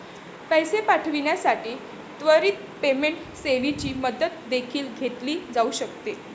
पैसे पाठविण्यासाठी त्वरित पेमेंट सेवेची मदत देखील घेतली जाऊ शकते